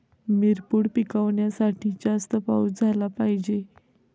मिरपूड पिकवण्यासाठी जास्त पाऊस झाला पाहिजे